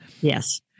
Yes